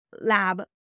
lab